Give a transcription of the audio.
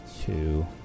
Two